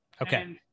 Okay